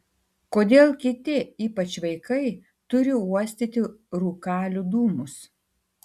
kodėl kiti ypač vaikai turi uostyti rūkalių dūmus